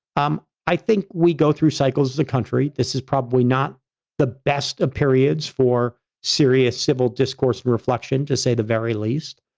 um i think we go through cycles as a country, this is probably not the best of periods for serious civil discourse, reflection, to say the very least,